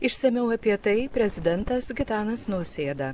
išsamiau apie tai prezidentas gitanas nausėda